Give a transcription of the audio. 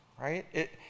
right